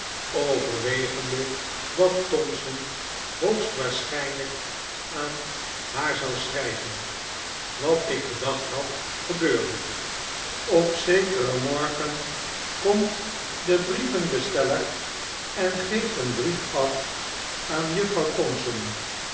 waarsch jnljk aan haar zou schrgven wat ik gedacht bad gebeurde op zekeren morgen komt de brievenbesteller en geeffc een brief af aan juffrouw thompson